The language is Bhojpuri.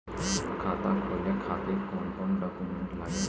खाता खोले के खातिर कौन कौन डॉक्यूमेंट लागेला?